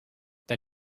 that